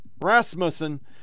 Rasmussen